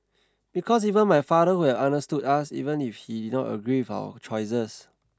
because even my father would have understood us even if he did not agree with our choices